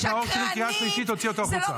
לא